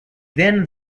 then